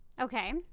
Okay